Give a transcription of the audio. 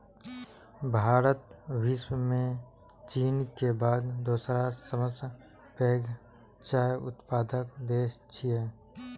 भारत विश्व मे चीन के बाद दोसर सबसं पैघ चाय उत्पादक देश छियै